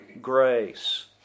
grace